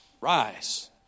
Rise